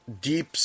deep